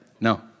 no